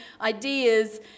ideas